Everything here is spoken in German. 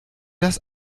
das